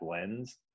lens